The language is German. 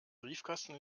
briefkasten